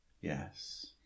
Yes